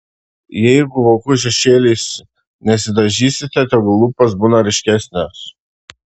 jeigu vokų šešėliais nesidažysite tegul lūpos būna ryškesnės